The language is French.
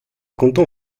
canton